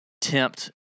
tempt